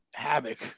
Havoc